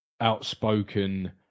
outspoken